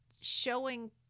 showing